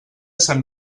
sant